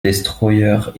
destroyer